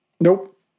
Nope